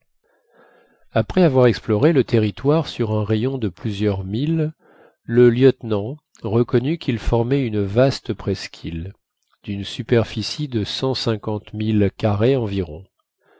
après avoir exploré le territoire sur un rayon de plusieurs milles le lieutenant reconnut qu'il formait une vaste presqu'île d'une superficie de cent cinquante milles carrés environ